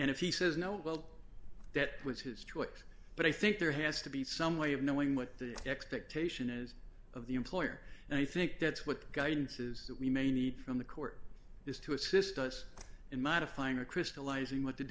and if he says no well that was his choice but i think there has to be some way of knowing what the expectation is of the employer and i think that's what guidance is that we may need from the court is to assist us in modifying a crystallizing what t